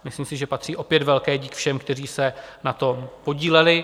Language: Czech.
Myslím si, že patří opět velký dík všem, kteří se na tom podíleli.